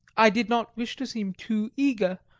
i did not wish to seem too eager,